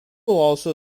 also